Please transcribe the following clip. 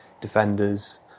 defenders